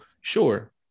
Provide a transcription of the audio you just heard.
Sure